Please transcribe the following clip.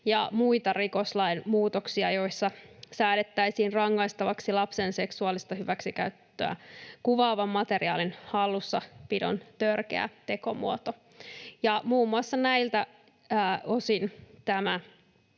ja muita rikoslain muutoksia, joissa säädettäisiin rangaistavaksi lapsen seksuaalista hyväksikäyttöä kuvaavan materiaalin hallussapidon törkeä tekomuoto. Ja muun muassa näiltä osin tämä